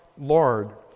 Lord